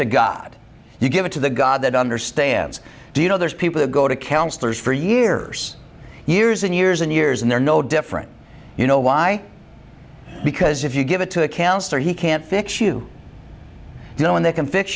to god you give it to the god that understands do you know there's people who go to counsellors for years and years and years and years and they're no different you know why because if you give it to a cancer he can't fix you you know and they can fix